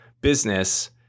business